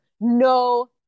no